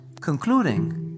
concluding